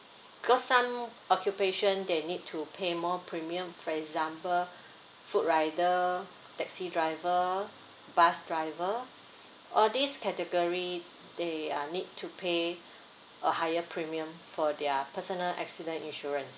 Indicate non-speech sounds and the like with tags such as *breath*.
because some occupation they need to pay more premium for example *breath* food rider taxi driver bus driver all these category they uh need to pay a higher premium for their personal accident insurance